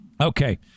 okay